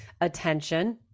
attention